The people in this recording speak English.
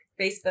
Facebook